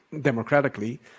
democratically